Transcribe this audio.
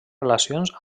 relacions